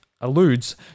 alludes